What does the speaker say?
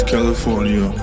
California